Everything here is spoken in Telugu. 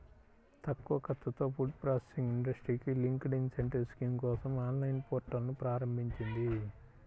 తక్కువ ఖర్చుతో ఫుడ్ ప్రాసెసింగ్ ఇండస్ట్రీకి లింక్డ్ ఇన్సెంటివ్ స్కీమ్ కోసం ఆన్లైన్ పోర్టల్ను ప్రారంభించింది